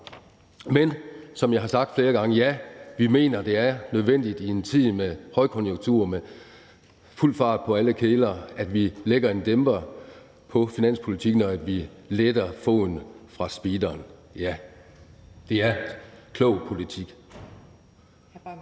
Men som jeg har sagt flere gange: Ja, vi mener, det er nødvendigt i en tid med højkonjunktur og fuld damp på alle kedler, at vi lægger en dæmper på finanspolitikken, og at vi letter foden fra speederen – ja, det er klog politik.